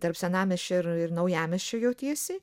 tarp senamiesčio ir ir naujamiesčio jautiesi